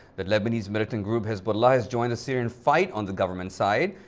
the lebanese militant group hezbollah has joined the syrian fight on the government side,